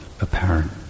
apparent